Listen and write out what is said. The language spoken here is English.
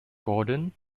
gordon